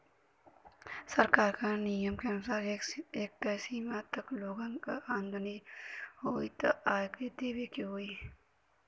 सरकार क नियम क अनुसार एक तय सीमा तक लोगन क आमदनी होइ त आय कर देवे के होइ